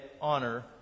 honor